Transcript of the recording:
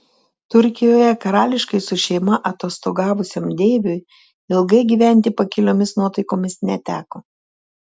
turkijoje karališkai su šeima atostogavusiam deiviui ilgai gyventi pakiliomis nuotaikomis neteko